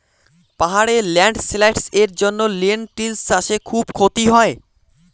পাহাড়ে ল্যান্ডস্লাইডস্ এর জন্য লেনটিল্স চাষে খুব ক্ষতি হয়